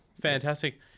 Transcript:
fantastic